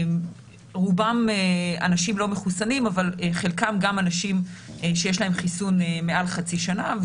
רובם אנשים לא מחוסנים אבל חלקם גם אנשים שיש להם חיסון מעל חצי שנה,